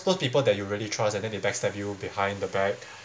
those people that you really trust and then the backstab you behind the back